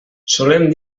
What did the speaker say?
solem